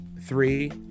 three